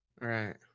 Right